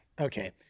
okay